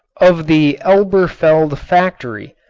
of the elberfeld factory,